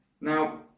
Now